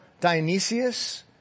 Dionysius